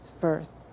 first